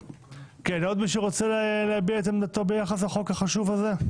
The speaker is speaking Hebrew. עוד מישהו רוצה להביע את עמדתו ביחס לחוק החשוב הזה?